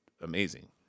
amazing